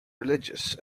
religious